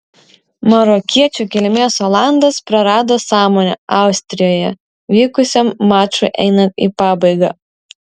marokiečių kilmės olandas prarado sąmonę austrijoje vykusiam mačui einant į pabaigą